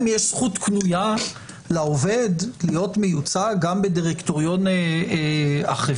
יש זכות קנויה לעובד להיות מיוצג גם בדירקטוריון החברה.